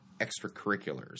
extracurriculars